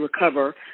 recover